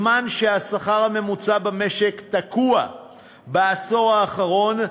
בזמן שהשכר הממוצע במשק תקוע בעשור האחרון,